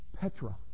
Petra